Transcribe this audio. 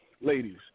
Ladies